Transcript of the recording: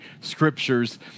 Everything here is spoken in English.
scriptures